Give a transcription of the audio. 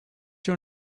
your